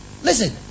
Listen